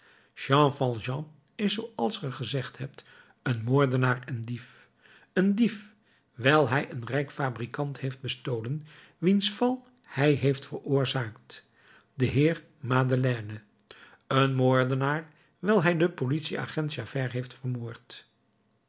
jean valjean is zooals ge gezegd hebt een moordenaar en dief een dief wijl hij een rijk fabrikant heeft bestolen wiens val hij heeft veroorzaakt den heer madeleine een moordenaar wijl hij den politieagent javert heeft vermoord